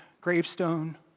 gravestone